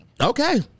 Okay